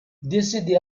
décédé